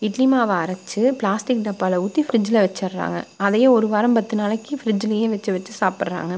இட்லி மாவை அரைச்சி பிளாஸ்டிக் டப்பாவில் ஊற்றி ஃப்ரிட்ஜில் வெச்சிடுறாங்க அதை ஒரு வாரம் பத்து நாளைக்கு ஃப்ரிட்ஜுலேயே வெச்சு வெச்சு சாப்புடுறாங்க